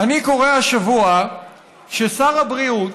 אני קורא השבוע ששר הבריאות,